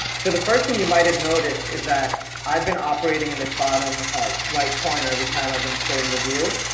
so the first thing you might have noticed is that i've been operating in this bottom right corner. every time i've been clearing the view.